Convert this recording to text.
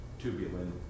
tubulin